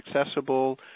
accessible